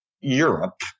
Europe